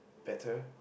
better